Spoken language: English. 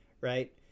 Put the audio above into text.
right